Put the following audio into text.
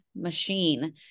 machine